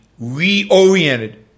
reoriented